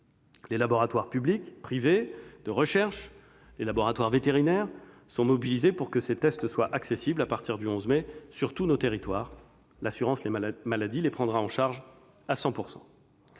les laboratoires de recherche, les laboratoires vétérinaires sont mobilisés pour que ces tests soient accessibles à compter du 11 mai sur tous nos territoires. L'assurance maladie les prendra en charge à 100 %.